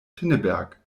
pinneberg